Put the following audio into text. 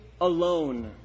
alone